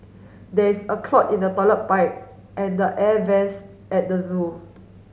there is a clog in the toilet pipe and the air vents at the zoo